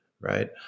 right